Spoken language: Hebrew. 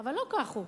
אבל לא כך הוא.